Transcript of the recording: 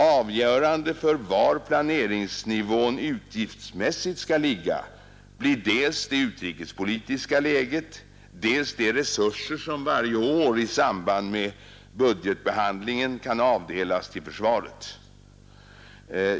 Avgörande för var planeringsnivån utgiftsmässigt skall ligga blir dels det utrikespolitiska läget, dels de resurser som varje år i samband med budgetbehandlingen kan avdelas till försvaret.